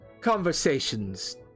conversations